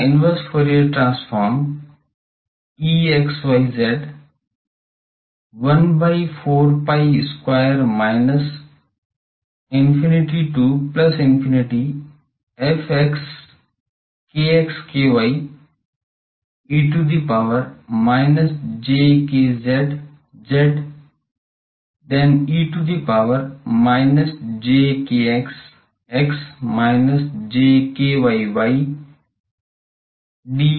इसका inverse Fourier transform E 1 by 4 pi square minus infinity to plus infinity f e to the power minus j kz z then e to the power minus j kx x minus j ky y d kx d ky है